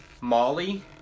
Molly